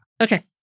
Okay